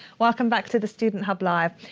welcome back to the student hub live.